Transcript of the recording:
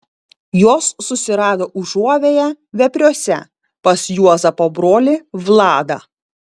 jos susirado užuovėją vepriuose pas juozapo brolį vladą